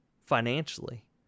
financially